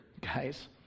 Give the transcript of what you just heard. guys